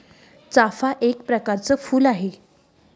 चाफा एक प्रकरच फुल आहे